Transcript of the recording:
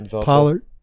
Pollard